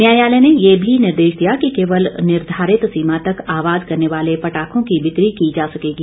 न्यायालय ने यह भी निर्देश दिया कि केवल निर्धारित सीमा तक आवाज करने वाले पटाखों की बिक्री की जा सकेगी